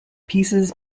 pieces